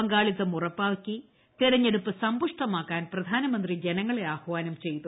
പങ്കാളിത്തം ഉറപ്പാക്കി തെരഞ്ഞെടുപ്പ് സമ്പുഷ്ടമാക്കാൻ പ്രധാനമന്ത്രി ജനങ്ങളെ ആഹ്വാനം ചെയ്തു